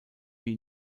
wie